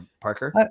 Parker